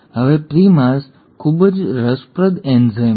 હવે પ્રિમાઝ ખૂબ જ રસપ્રદ એન્ઝાઇમ છે